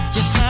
Yes